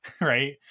right